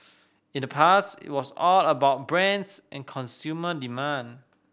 in the past it was all about brands and consumer demand